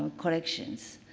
collections.